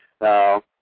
Now